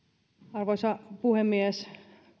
arvoisa puhemies